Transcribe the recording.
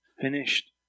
finished